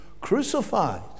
crucified